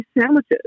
sandwiches